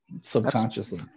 subconsciously